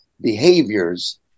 behaviors